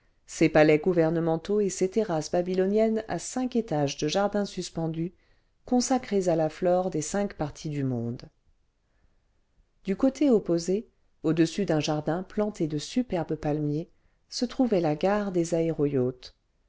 ses palais gouvernementaux et ses terrasses babyloniennes à cinq étages de jardins suspendus consacrés à la flore des cinq parties maison de petits rentiers a monaco du monde du côté opposé au-dessus d'un jardin planté de superbes palmiers se trouvait la gare des